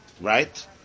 right